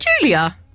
julia